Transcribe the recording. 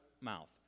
mouth